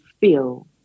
feel